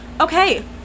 okay